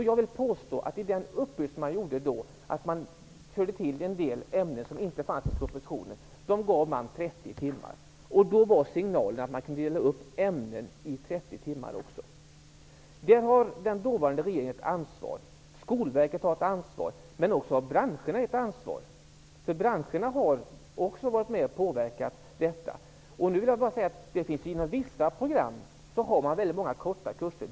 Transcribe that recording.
Jag vill påstå att man tillförde en del ämnen som inte fanns i propositionen och gav dem 30 timmar. Då var signalen att ämnen också kunde delas upp i 30 timmar. Den dåvarande regeringen hade ett ansvar för det, liksom Skolverket och även branscherna, som också var med om att påverka detta. Jag vill bara säga att det inom vissa program finns många korta kurser.